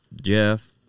Jeff